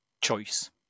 choice